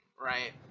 right